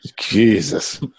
Jesus